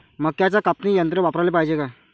मक्क्याचं कापनी यंत्र वापराले पायजे का?